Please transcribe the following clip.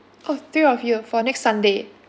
oh three of you for next sunday